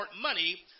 money